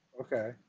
okay